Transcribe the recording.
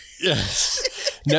Yes